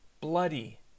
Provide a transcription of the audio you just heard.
bloody